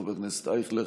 חבר הכנסת אייכלר,